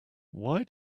why